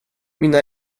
mina